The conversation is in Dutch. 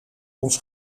ons